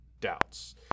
doubts